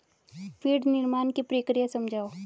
feed निर्माण की प्रक्रिया समझाओ